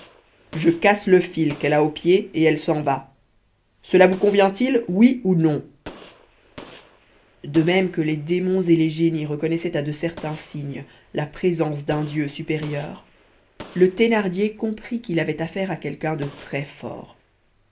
je casse le fil qu'elle a au pied et elle s'en va cela vous convient-il oui ou non de même que les démons et les génies reconnaissaient à de certains signes la présence d'un dieu supérieur le thénardier comprit qu'il avait affaire à quelqu'un de très fort